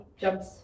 jumps